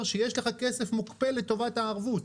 שיש לך כסף מופקד ומוקפא לטובת הערבות.